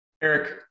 Eric